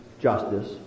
justice